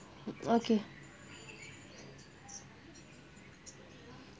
okay